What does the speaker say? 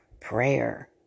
Prayer